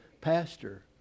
pastor